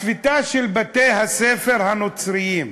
השביתה בבתי-הספר הנוצריים,